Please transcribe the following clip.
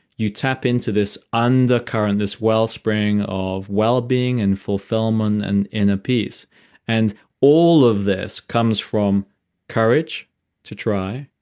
you tap into this under core and this well spring of well being and fulfillment and at ah peace. and all of this comes from courage to try,